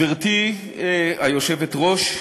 גברתי היושבת-ראש,